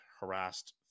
harassed